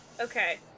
okay